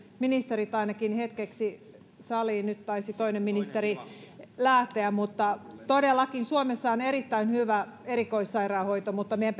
ministerit ainakin hetkeksi saliin nyt taisi toinen ministeri lähteä mutta todellakin suomessa on erittäin hyvä erikoissairaanhoito mutta meidän